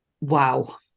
wow